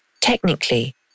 Technically